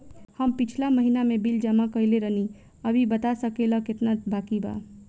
हम पिछला महीना में बिल जमा कइले रनि अभी बता सकेला केतना बाकि बा?